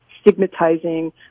stigmatizing